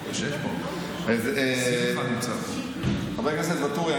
חבר הכנסת ואטורי,